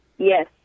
Yes